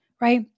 right